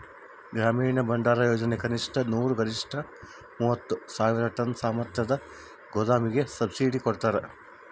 ಗ್ರಾಮೀಣ ಭಂಡಾರಯೋಜನೆ ಕನಿಷ್ಠ ನೂರು ಗರಿಷ್ಠ ಮೂವತ್ತು ಸಾವಿರ ಟನ್ ಸಾಮರ್ಥ್ಯದ ಗೋದಾಮಿಗೆ ಸಬ್ಸಿಡಿ ಕೊಡ್ತಾರ